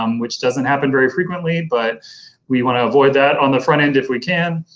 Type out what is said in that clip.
um which doesn't happen very frequently but we want to avoid that on the front end if we can,